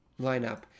lineup